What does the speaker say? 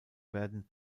werden